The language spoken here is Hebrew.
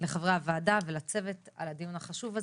לחברי הוועדה ולצוות על הדיון החשוב הזה.